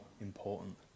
important